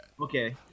Okay